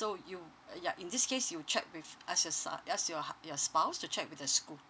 so you uh ya in this case you check with ask your su~ ask your hu~ your spouse to check with the school